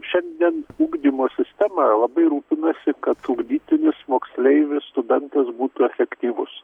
šiandien ugdymo sistema labai rūpinasi kad ugdytinis moksleivis studentas būtų efektyvus